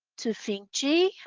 tufenkji.